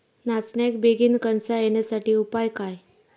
नाचण्याक बेगीन कणसा येण्यासाठी उपाय काय?